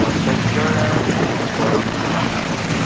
ঐশ্বৰ্য ৰায়ৰ বয়স কিমান